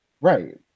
right